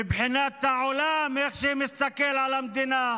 מבחינת איך העולם מסתכל על המדינה.